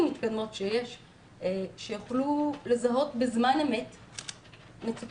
מתקדמות שיש שיוכלו לזהות בזמן אמת מצוקה.